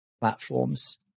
platforms